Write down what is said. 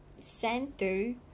center